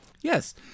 Yes